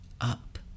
up